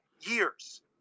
years